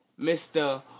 Mr